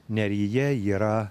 neryje yra